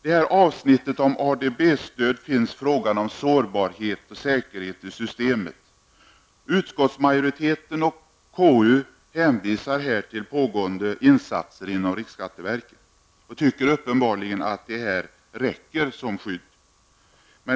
I avsnittet om ADB-stöd finns frågan om sårbarhet och säkerhet i systemet. Utskottsmajoriteten och konstitutionsutskottet hänvisar här till pågående insatser inom rikksskatteverket och tycker uppbenbarligen att detta räcker som skydd.